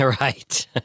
Right